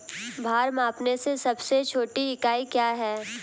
भार मापने की सबसे छोटी इकाई क्या है?